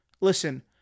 Listen